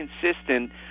consistent